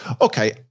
Okay